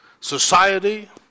society